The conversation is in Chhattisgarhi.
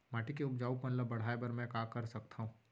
माटी के उपजाऊपन ल बढ़ाय बर मैं का कर सकथव?